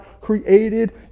created